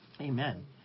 Amen